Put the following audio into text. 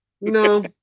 No